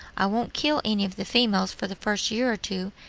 i won't kill any of the females for the first year or two,